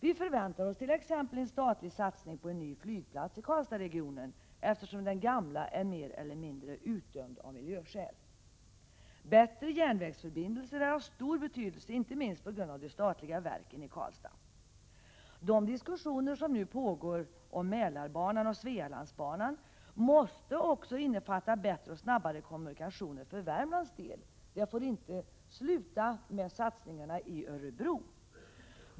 Vi förväntar oss t.ex. en statlig satsning på en ny flygplats i Karlstadsregionen, eftersom den gamla är mer eller mindre utdömd av miljöskäl. Bättre järnvägsförbindelser är av stor betydelse, inte minst på grund av de statliga verken i Karlstad. De diskussioner som nu pågår om Mälarbanan och Svealandsbanan måste också innefatta bättre och snabbare kommunikationer för Värmlands del. Det får inte sluta med satsningar i Örebro.